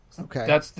Okay